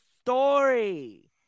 story